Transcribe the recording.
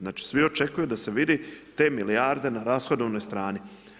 Znači svi očekuju da se vidi te milijarde na rashodovnoj strani.